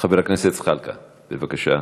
חבר הכנסת זחאלקה, בבקשה.